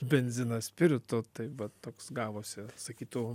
benziną spiritu tai va toks gavosi sakytų